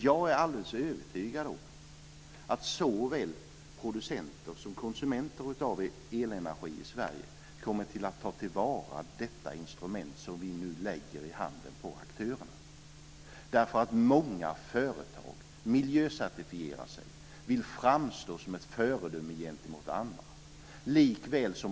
Jag är alldeles övertygad om att såväl producenter som konsumenter av elenergi i Sverige kommer att ta till vara detta instrument som vi nu lägger i handen på aktörerna. Många företag miljöcertifierar sig och vill framstå som ett föredöme gentemot andra.